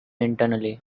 internally